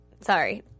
sorry